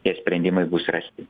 tie sprendimai bus rasti